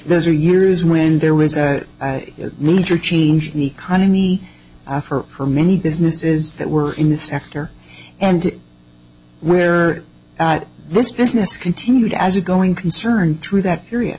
those are years when there was a major change in the economy for many businesses that were in the sector and where this business continued as a going concern through that period